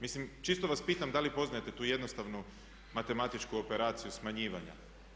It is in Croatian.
Mislim čisto vas pitam da li poznajete tu jednostavnu matematičku operaciju smanjivanja?